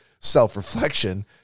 self-reflection